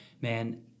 man